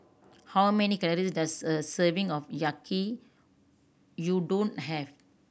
how many calories does a serving of Yaki Udon have